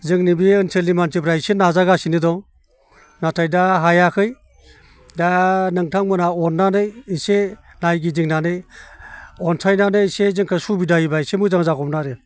जोंनि बे ओनसोलनि मानसिफ्रा एसे नाजागासिनो दं नाथाय दा हायाखै दा नोंथांमोनहा अननानै इसे नायगिदिंनानै अनसायनानै एसे जोंखौ सुबिदा होयोबा एसे मोजां जागौमोन आरो